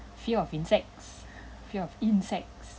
fear of insects fear of insects